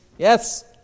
Yes